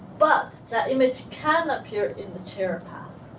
but that image can appear in the shared path.